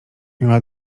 miała